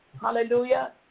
Hallelujah